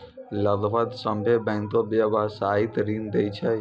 लगभग सभ्भे बैंकें व्यवसायिक ऋण दै छै